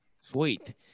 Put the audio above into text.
Sweet